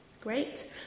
great